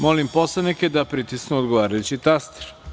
Molim poslanike da pritisnu odgovarajući taster.